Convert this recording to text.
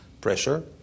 pressure